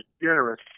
generous